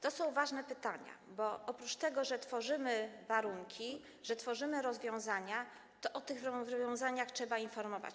To są ważne pytania, bo oprócz tego, że tworzymy warunki, że tworzymy rozwiązania, to o tych rozwiązaniach trzeba informować.